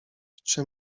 czy